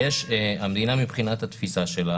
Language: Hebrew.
המדינה מבחינת התפיסה שלה